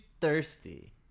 thirsty